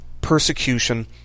persecution